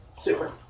Super